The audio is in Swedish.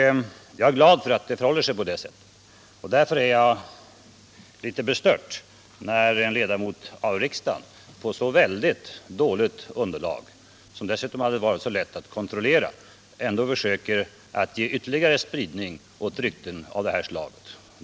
Jag är glad för att det förhåller sig på det sättet. Därför blir jag litet bestört när en ledamot av riksdagen på så väldigt dåligt underlag försöker ge ytterligare spridning åt rykten av det här slaget.